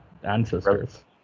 ancestors